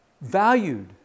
valued